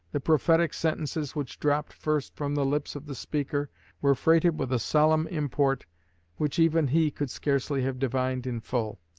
the prophetic sentences which dropped first from the lips of the speaker were freighted with a solemn import which even he could scarcely have divined in full.